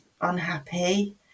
unhappy